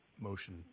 motion